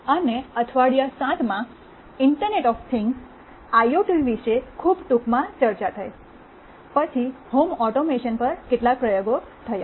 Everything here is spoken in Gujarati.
અને અઠવાડિયા 7 માં ઇન્ટરનેટ ઓફ થિંગ્સ આઇઓટી વિશે ખૂબ ટૂંકમાં ચર્ચા થઈ પછી હોમ ઓટોમેશન પર કેટલાક પ્રયોગો થયા